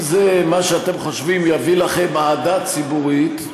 אם זה מה שאתם חושבים שיביא לכם אהדה ציבורית,